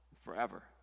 forever